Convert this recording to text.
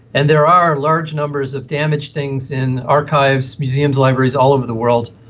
and there are large numbers of damaged things in archives, museums, libraries all over the world.